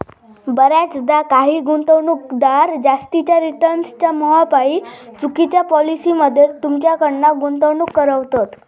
बऱ्याचदा काही गुंतवणूकदार जास्तीच्या रिटर्न्सच्या मोहापायी चुकिच्या पॉलिसी मध्ये तुमच्याकडना गुंतवणूक करवतत